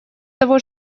того